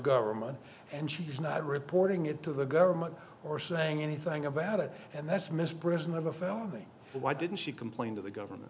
government and she's not reporting it to the government or saying anything about it and that's mispresent of a felony why didn't she complain to the government